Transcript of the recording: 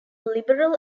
liberal